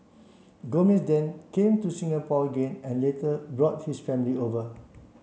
Gomez then came to Singapore again and later brought his family over